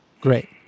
great